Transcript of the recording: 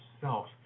self